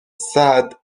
saad